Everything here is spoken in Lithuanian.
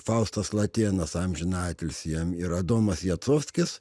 faustas latėnas amžiną atilsį jam ir adomas jacovskis